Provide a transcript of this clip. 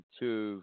two